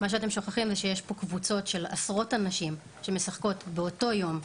מה שאתם שוכחים זה שיש פה קבוצות של עשרות אנשים שמשחקות באותו יום,